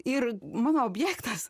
ir mano objektas